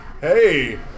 hey